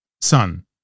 Son